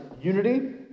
unity